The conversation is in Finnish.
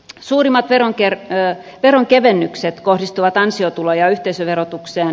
suurimmat veronkevennykset kohdistuvat ansiotulo ja yhteisöverotukseen